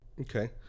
Okay